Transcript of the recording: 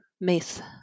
myth